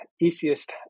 easiest